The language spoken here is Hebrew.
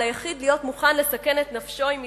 על היחיד להיות מוכן לסכן את נפשו אם יידרש,